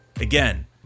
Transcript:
Again